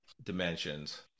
dimensions